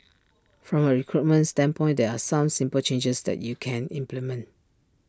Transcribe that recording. from A recruitment standpoint there are some simple changes that you can implement